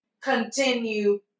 continue